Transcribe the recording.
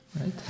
right